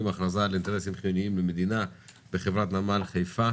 (הכרזה על אינטרסים חיוניים למדינה בחברת נמל חיפה